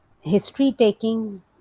history-taking